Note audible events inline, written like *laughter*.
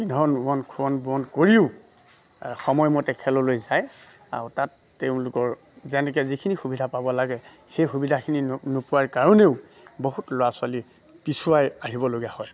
*unintelligible* বোৱন কৰিও সময়মতে খেললৈ যায় আৰু তাত তেওঁলোকৰ যেনেকে যিখিনি সুবিধা পাব লাগে সেই সুবিধাখিনি নোপোৱাৰ কাৰণেও বহুত ল'ৰা ছোৱালী পিছুৱাই আহিবলগীয়া হয়